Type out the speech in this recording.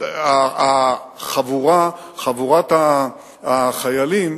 שחבורת החיילים,